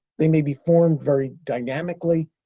they may be formed very dynamically,